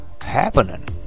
...happening